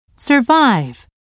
Survive